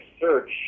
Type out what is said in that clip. search